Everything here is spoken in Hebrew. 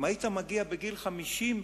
אם היית מגיע בגיל 50,